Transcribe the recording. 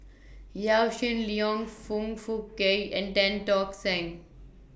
Yaw Shin Leong Foong Fook Kay and Tan Tock Seng